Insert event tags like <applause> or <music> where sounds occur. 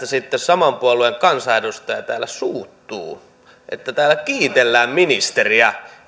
<unintelligible> sitten saman puolueen kansanedustaja täällä suuttuu tästä että täällä kiitellään ministeriä